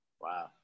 Wow